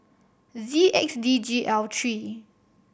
Z X D G L three